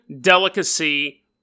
delicacy